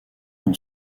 dans